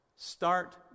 Start